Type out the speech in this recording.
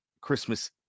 Christmas